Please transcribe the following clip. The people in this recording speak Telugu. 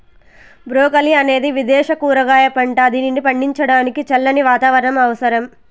బ్రోకలి అనేది విదేశ కూరగాయ పంట, దీనిని పండించడానికి చల్లని వాతావరణం అవసరం